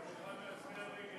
להצביע נגד.